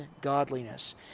godliness